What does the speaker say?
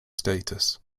status